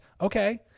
okay